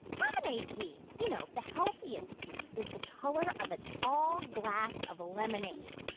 lemonade pee. you know, the healthiest pee is the color of a tall glass of lemonade,